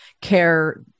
care